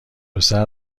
پسر